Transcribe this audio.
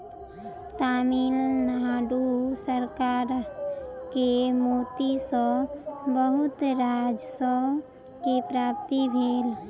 तमिल नाडु सरकार के मोती सॅ बहुत राजस्व के प्राप्ति भेल